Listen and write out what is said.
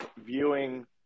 viewing